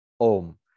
Om